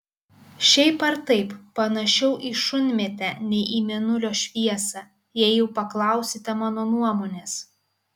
šiaip ar taip panašiau į šunmėtę nei į mėnulio šviesą jei jau paklausite mano nuomonės